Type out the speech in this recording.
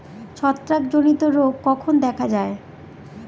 ছত্রাক জনিত রোগ কখন দেখা য়ায়?